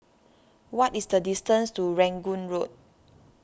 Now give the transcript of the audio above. what is the distance to Rangoon Road